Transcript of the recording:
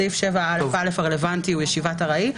המונח בחוק בסעיף 7א(א) הרלוונטי הוא ישיבת ארעי.